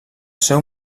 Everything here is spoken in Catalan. seu